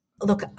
look